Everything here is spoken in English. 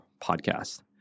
podcast